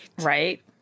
Right